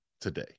today